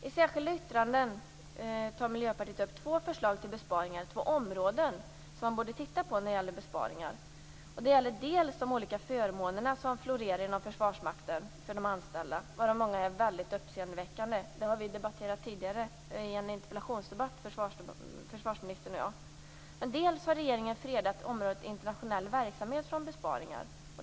I särskilda yttranden tar Miljöpartiet upp två förslag på områden som man borde titta närmare på när det gäller besparingar. Det gäller de olika förmåner för de anställda som florerar inom Försvarsmakten, varav många är mycket uppseendeväckande. Det har försvarsministern och jag diskuterat tidigare i en interpellationsdebatt. Regeringen har fredat området Internationell verksamhet från besparingar.